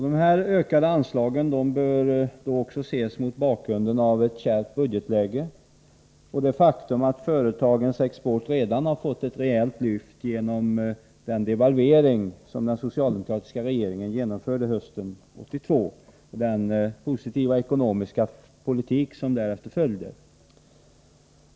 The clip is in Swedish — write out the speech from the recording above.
De ökade anslagen bör också ses mot bakgrund av ett kärvt budgetläge och det faktum att företagens export redan har fått ett rejält lyft genom den devalvering som den socialdemokratiska regeringen genomförde hösten 1982 och den positiva ekonomiska politik som därefter följde.